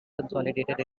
consolidated